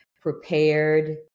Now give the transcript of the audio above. Prepared